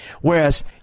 Whereas